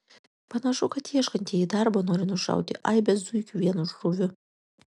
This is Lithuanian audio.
panašu kad ieškantieji darbo nori nušauti aibę zuikių vienu šūviu